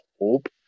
hope